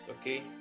okay